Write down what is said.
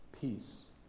peace